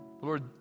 Lord